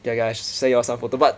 are guys say some photo motorbike